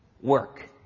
Work